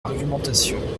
argumentation